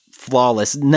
Flawless